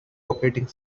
operating